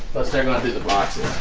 let's stare go through the boxes